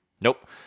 Nope